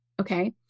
okay